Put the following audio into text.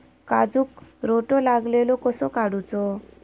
काजूक रोटो लागलेलो कसो काडूचो?